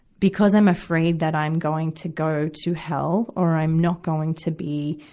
because i'm afraid that i'm going to go to hell, or i'm not going to be,